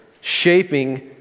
shaping